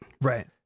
Right